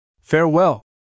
Farewell